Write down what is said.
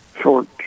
short